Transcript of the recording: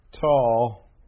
tall